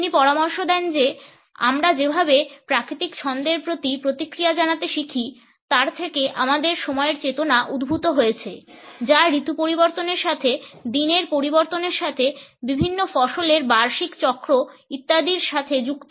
তিনি পরামর্শ দেন যে আমরা যেভাবে প্রাকৃতিক ছন্দের প্রতি প্রতিক্রিয়া জানাতে শিখি তার থেকে আমাদের সময়ের চেতনা উদ্ভূত হয়েছে যা ঋতু পরিবর্তনের সাথে দিনের পরিবর্তনের সাথে বিভিন্ন ফসলের বার্ষিক চক্র ইত্যাদির সাথে যুক্ত